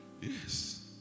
Yes